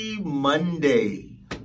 Monday